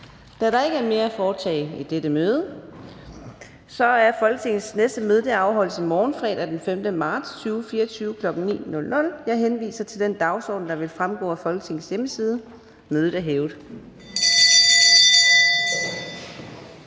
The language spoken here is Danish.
Der er ikke mere at foretage i dette møde. Folketingets næste møde afholdes i morgen, fredag den 15. marts 2024, kl. 9.00. Jeg henviser til den dagsorden, der vil fremgå af Folketingets hjemmeside. Mødet er hævet.